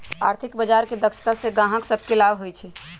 आर्थिक बजार के दक्षता से गाहक सभके लाभ होइ छइ